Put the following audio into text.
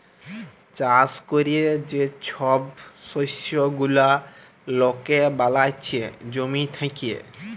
চাষ ক্যরে যে ছব শস্য গুলা লকে বালাচ্ছে জমি থ্যাকে